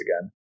again